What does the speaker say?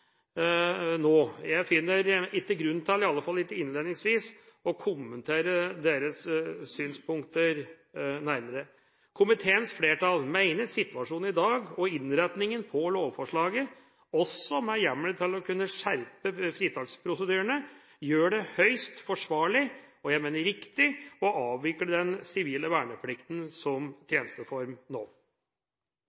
nå. Jeg finner ikke grunn til – i alle fall ikke innledningsvis – å kommentere deres synspunkter nærmere. Komiteens flertall mener situasjonen i dag og innretningen på lovforslaget, også med hjemmel til å kunne skjerpe fritaksprosedyrene, gjør det høyst forsvarlig og – mener jeg – riktig å avvikle den sivile verneplikten som